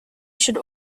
should